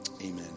amen